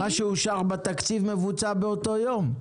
-- מה שאושר בתקציב מבוצע באותו יום.